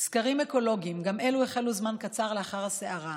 סקרים אקולוגיים, גם אלו החלו זמן קצר לאחר הסערה.